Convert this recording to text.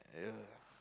yeah